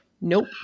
Nope